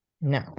No